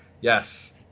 Yes